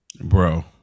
Bro